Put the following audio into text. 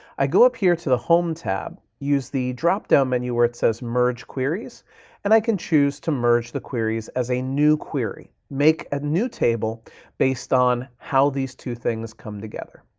i go up here to the home tab, use the dropdown menu where it says merge queries and i can choose to merge the queries as a new query. make a new table based on how these two things come together.